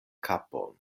kapon